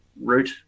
route